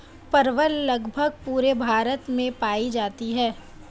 परवल लगभग पूरे भारत में पाई जाती है